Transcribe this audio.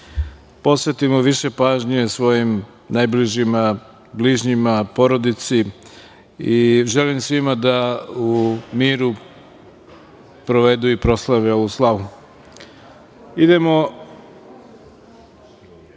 posvetimo više pažnje svojim najbližima, bližnjima, porodici i želim svima da u miru provedu i proslave ovu slavu. Reč